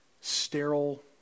sterile